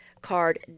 card